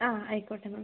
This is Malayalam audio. ആ ആയിക്കോട്ടെ മാം